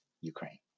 Ukraine